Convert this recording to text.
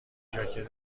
ژاکت